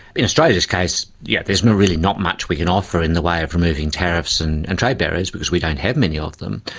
in australia's case yeah there's really not much we can offer in the way of removing tariffs and and trade barriers because we don't have many of them.